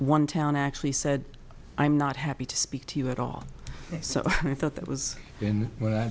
one town actually said i'm not happy to speak to you at all so i thought that was when when i